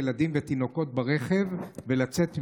ילדים ותינוקות ברכב ולצאת ממנו.